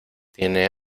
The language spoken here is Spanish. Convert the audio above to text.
tiene